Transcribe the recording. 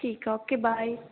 ਠੀਕ ਆ okay bye